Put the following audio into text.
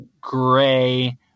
gray